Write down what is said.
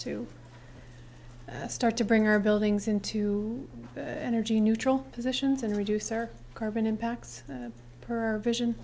to start to bring our buildings into energy neutral positions and reduce our carbon impacts her vision